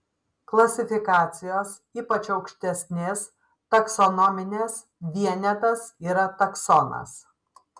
klasifikacijos ypač aukštesnės taksonominės vienetas yra taksonas